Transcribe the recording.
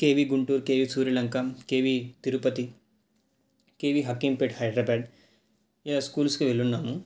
KV Guntur KV Suryalanka KV Tirupati KV Hakimpet Hyderabad యా స్కూల్స్కి వెళ్ళియున్నాము